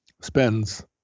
spends